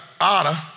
otter